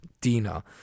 Dina